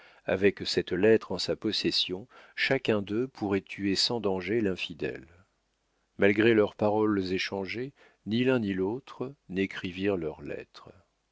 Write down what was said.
avec cette lettre en sa possession chacun d'eux pourrait tuer sans danger l'infidèle malgré leurs paroles échangées ni l'un ni l'autre ils n'écrivirent leur